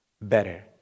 better